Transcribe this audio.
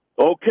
Okay